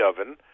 oven